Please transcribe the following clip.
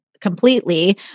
completely